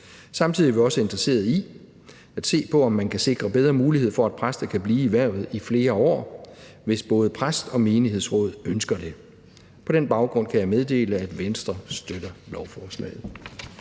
Samtidig er vi også interesserede i at se på, om man kan sikre bedre mulighed for, at præster kan blive i hvervet i flere år, hvis både præst og menighedsråd ønsker det. På den baggrund kan jeg meddele, at Venstre støtter lovforslaget.